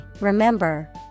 remember